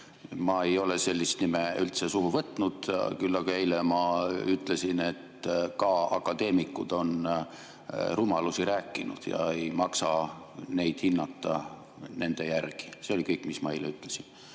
Ma ei ole sellist nime üldse suhu võtnud. Küll aga eile ma ütlesin, et ka akadeemikud on rumalusi rääkinud, ei maksa neid hinnata nende järgi. See oli kõik, mis ma eile ütlesin.